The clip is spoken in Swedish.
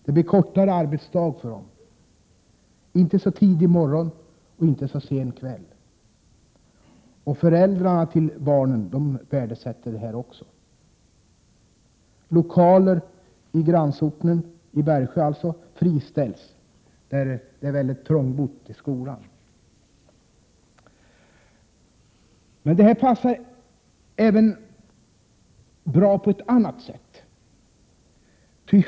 De får kortare arbetsdagar, inte så tidiga mornar och inte så sena kvällar. Föräldrarna till barnen värdesätter också detta. Lokaler i Bergsjö friställs. Det är väldigt trångbott i skolan där. Detta passar bra även på ett annat sätt.